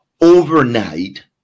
overnight